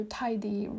tidy